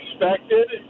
expected